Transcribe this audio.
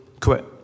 quit